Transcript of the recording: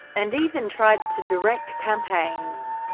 and even tried to direct campaigns.